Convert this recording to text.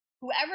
whoever